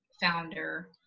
founder